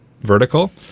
vertical